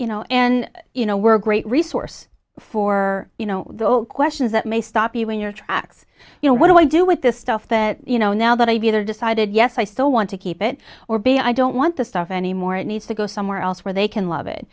you know and you know we're great resource for you know the questions that may stop you in your tracks you know what do i do with this stuff that you you know now that i've either decided yes i still want to keep it or b i don't want the stuff anymore it needs to go somewhere else where they can love it